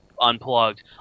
Unplugged